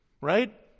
Right